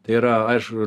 tai yra aišku